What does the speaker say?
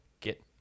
get